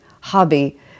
hobby